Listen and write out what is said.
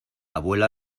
abuela